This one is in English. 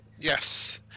yes